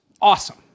awesome